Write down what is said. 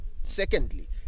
Secondly